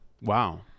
Wow